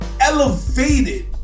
elevated